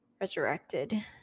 resurrected